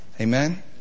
Amen